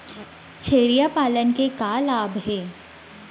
छेरिया पालन के का का लाभ हे?